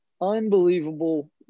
unbelievable